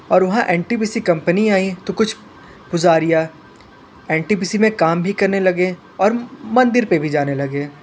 और वहाँ N T B C company company आई तो कुछ पुजारियाँ एन टी बी सी मे काम भी करने लगे और मंदिर पे भी जाने लगे